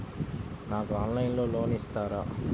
నాకు ఆన్లైన్లో లోన్ ఇస్తారా?